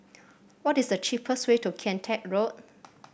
what is the cheapest way to Kian Teck Road